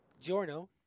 Giorno